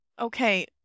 Okay